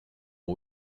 ont